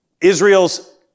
Israel's